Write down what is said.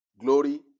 Glory